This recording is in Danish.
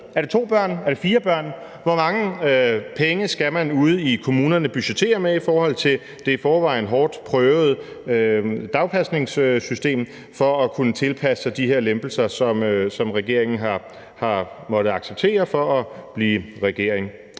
er det to børn, er det fire børn? – og hvor mange penge skal man ude i kommunerne budgettere med i forhold til det i forvejen hårdt prøvede dagpasningssystem for at kunne tilpasse sig de her lempelser, som regeringen har måttet acceptere for at blive regering?